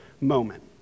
moment